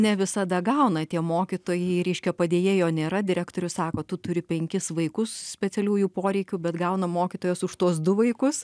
ne visada gauna tie mokytojai reiškia padėjėjo nėra direktorius sako tu turi penkis vaikus specialiųjų poreikių bet gauna mokytojos už tuos du vaikus